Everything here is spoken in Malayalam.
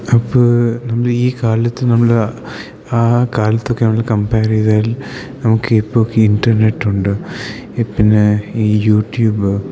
അപ്പോൾ നമ്മളീ കാലത്ത് നമ്മൾ ആ കാലത്തൊക്കെ നമ്മൾ കമ്പേർ ചെയ്താൽ നമുക്ക് ഇപ്പോൾ ഈ ഇൻറർനെറ്റൊണ്ട് പിന്നെ ഈ യൂട്യൂബ്